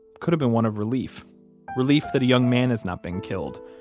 could have been one of relief relief that a young man has not been killed,